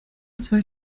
zwei